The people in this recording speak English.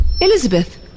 Elizabeth